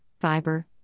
fiber